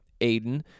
Aiden